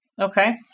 Okay